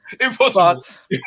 Impossible